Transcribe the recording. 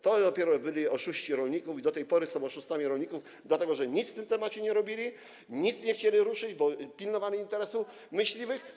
To dopiero byli oszuści dla rolników i do tej pory są oszustami, dlatego że nic w tym temacie nie robili, nic nie chcieli ruszyć, bo pilnowali interesu myśliwych.